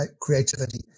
creativity